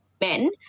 men